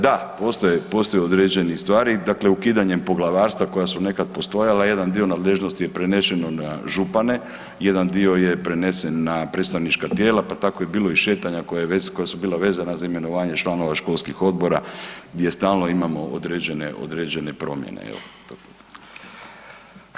Da, postoje određene stvari, dakle ukidanjem poglavarstva koja su nekad postojala, jedan dio nadležnosti je prenešeno na župane, jedan dio je prenesen na predstavnička tijela, pa tako je bilo šetanja koja su bila vezana za imenovanja članova školskih odbora, gdje stalno imamo određene promjene, je li?